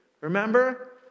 remember